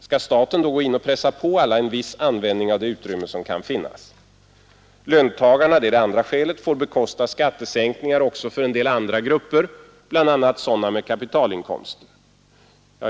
Skall staten gå in och pressa på alla en viss användning av det utrymme som kan finnas? Den andra är att löntagarna får bekosta skattesänkningar också för en del andra grupper, bl.a. sådana med kapitalinkomster.